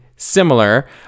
similar